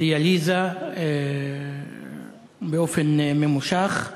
דיאליזה באופן ממושך,